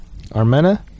Armena